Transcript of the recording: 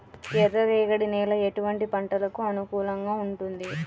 ఎర్ర రేగడి నేల ఎటువంటి పంటలకు అనుకూలంగా ఉంటుంది?